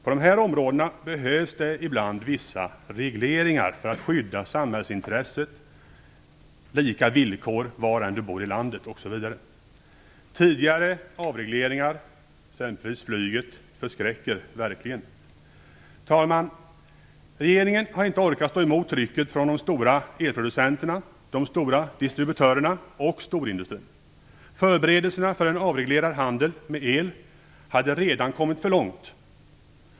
På dessa områden behövs det ibland vissa regleringar för att skydda samhällsintresset och lika villkor var än du bor i landet, osv. Tidigare avregleringar för exempelvis flyget förskräcker. Herr talman! Regeringen har inte orkat stå emot trycket från de stora elproducenterna, de stora distributörerna och storindustrin. Förberedelserna för en avreglerad handel med el hade redan kommit för långt.